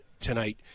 tonight